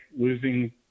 losing